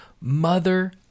mother